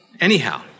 Anyhow